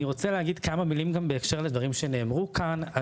אני רוצה להגיד כמה דברים גם בהקשר לדברים שנאמרו כאן.